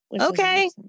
Okay